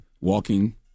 walking